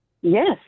Yes